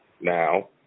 Now